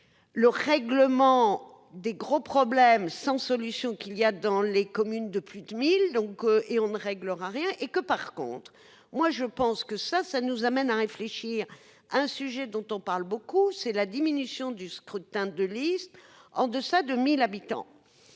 Le règlement des gros problèmes sans solution, qu'il y a dans les communes de plus de 1000 donc et on ne réglera rien et que par contre moi je pense que ça, ça nous amène à réfléchir. Un sujet dont on parle beaucoup, c'est la diminution du scrutin de liste en deçà de 1000 habitants.